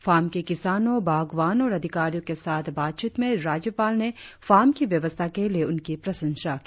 farm के किसानों बागवान और अधिकारियों के साथ बातचीत में राज्यपाल ने फार्म की व्यवस्था के लिए उनकी प्रशंसा की